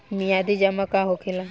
मियादी जमा का होखेला?